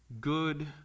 good